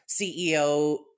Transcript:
CEO